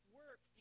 work